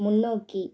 முன்னோக்கி